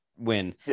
win